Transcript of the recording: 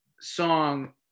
song